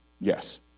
Yes